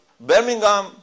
Birmingham